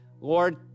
Lord